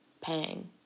Pang